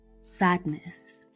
Sadness